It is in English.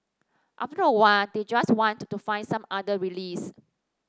after a while they just want to find some other release